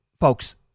folks